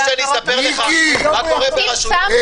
אתה רוצה שאני אספר לך מה קורה ברשות --- מיקי,